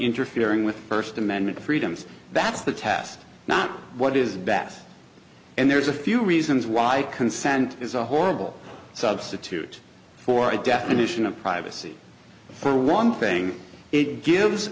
interfering with first amendment freedoms that's the test not what is best and there's a few reasons why consent is a horrible substitute for a definition of privacy for one thing it gives